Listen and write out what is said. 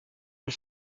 une